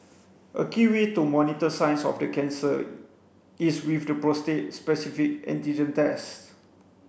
a key way to monitor signs of the cancer is with the prostate specific antigen test